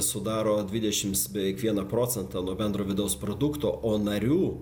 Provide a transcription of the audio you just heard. sudaro dvidešimt beveik vieną procentą bendro vidaus produkto o narių